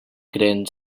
creen